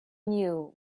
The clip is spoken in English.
knew